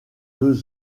deux